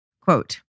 Quote